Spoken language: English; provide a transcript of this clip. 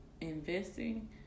investing